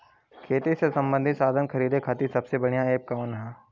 खेती से सबंधित साधन खरीदे खाती सबसे बढ़ियां एप कवन ह?